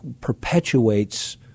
perpetuates